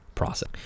process